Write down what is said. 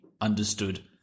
understood